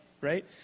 right